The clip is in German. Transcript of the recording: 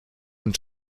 und